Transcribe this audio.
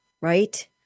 right